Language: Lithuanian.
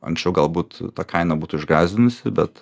anksčiau galbūt ta kaina būtų išgąsdinusi bet